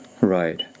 Right